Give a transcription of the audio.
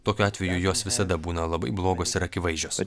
tokiu atveju jos visada būna labai blogos ir akivaizdžios